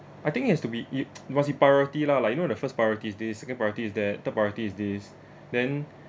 I think it has to be it it was a priority lah like you know the first priority is this second priority is that third priority is this then